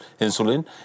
insulin